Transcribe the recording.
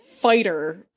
fighter